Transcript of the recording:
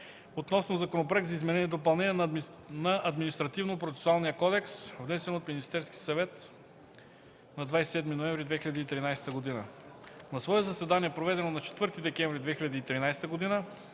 относно: Законопроекта за изменение и допълнение на Административнопроцесуалния кодекс, внесен от Министерския съвет на 27 ноември 2013 г. На свое заседание, проведено на 4 декември 2013 г.,